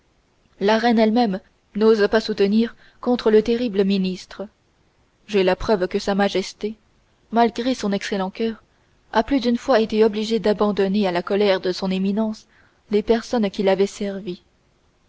la reine elle-même n'ose pas soutenir contre le terrible ministre j'ai la preuve que sa majesté malgré son excellent coeur a plus d'une fois été obligée d'abandonner à la colère de son éminence les personnes qui l'avaient servie